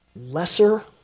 Lesser